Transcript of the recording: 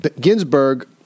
Ginsburg